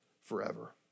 forever